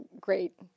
great